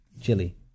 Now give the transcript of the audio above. chili